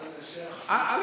א.